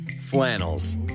Flannels